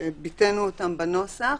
וביטאנו את השינויים בנוסח.